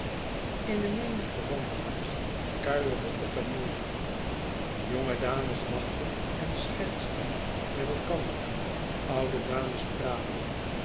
eene menigte wandelaars kuierden op en neer jonge dames lachten en schertsten met elkander oude dames praatten